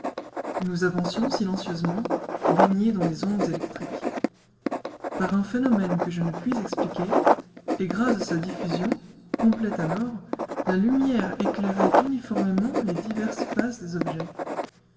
nous avancions silencieusement baignés dans les ondes électriques par un phénomène que je ne puis expliquer et grâce à sa diffusion complète alors la lumière éclairait uniformément les diverses faces des objets